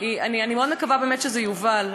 אני מקווה מאוד שזה באמת יובל.